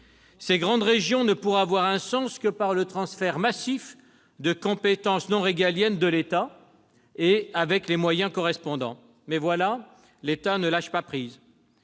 Ces grandes régions ne pourraient avoir un sens que par le transfert massif des compétences non régaliennes de l'État, avec les moyens correspondants. Mais voilà, l'État ne lâche pas prise.